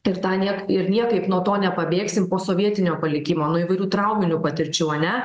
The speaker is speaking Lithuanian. ir tą niek ir niekaip nuo to nepabėgsim posovietinio palikimo nuo įvairių trauminių patirčių ane